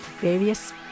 various